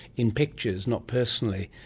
in pictures, not personally,